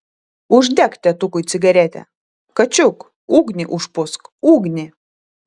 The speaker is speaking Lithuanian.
uždek tėtukui cigaretę kačiuk ugnį užpūsk ugnį